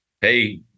hey